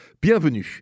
Bienvenue